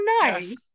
nice